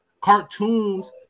cartoons